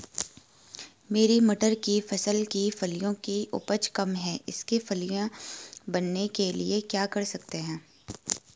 मेरी मटर की फसल की फलियों की उपज कम है इसके फलियां बनने के लिए क्या कर सकते हैं?